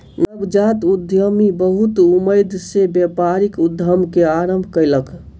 नवजात उद्यमी बहुत उमेद सॅ व्यापारिक उद्यम के आरम्भ कयलक